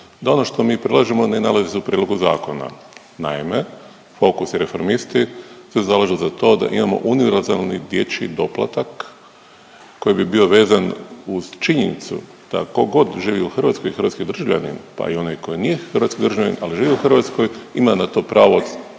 da ono što mi predlažemo ne nalazi se u prijedlogu zakona. Naime, Fokus i Reformisti se zalažu za to da imamo univerzalni dječji doplatak koji bi bio vezan uz činjenicu da tko god živi u Hrvatskoj i hrvatski je državljanin pa i onaj koji nije hrvatski državljanin ali živi u Hrvatskoj ima na to pravo i